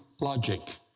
logic